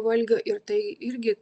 valgio ir tai irgi